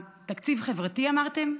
אז תקציב חברתי אמרתם?